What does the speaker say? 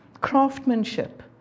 craftsmanship